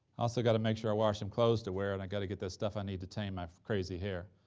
also got to make sure i wash some clothes to wear, and i got to get that stuff i need to tame my crazy hair,